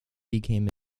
became